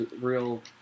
real